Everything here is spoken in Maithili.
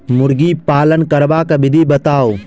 मुर्गी पालन करबाक विधि बताऊ?